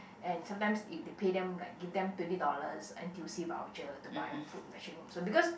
and sometimes if they pay them like give them twenty dollars N_T_U_C voucher to buy food rationing also because